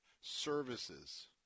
services